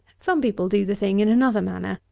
some people do the thing in another manner.